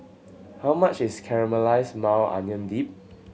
how much is Caramelize Maui Onion Dip